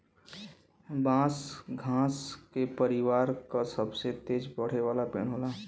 बांस घास के परिवार क सबसे तेज बढ़े वाला पेड़ होला